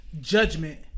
judgment